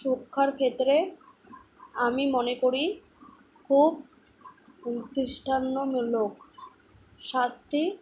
সুরক্ষার ক্ষেত্রে আমি মনে করি খুব দৃষ্টান্তমূলক শাস্তি